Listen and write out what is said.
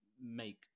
make